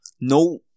no